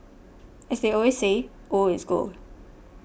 as they always say old is gold